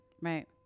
Right